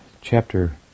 chapter